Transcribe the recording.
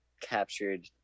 captured